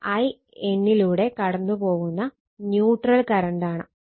ഇത് In ലൂടെ പോകുന്ന ന്യൂട്രൽ കറണ്ടാണ്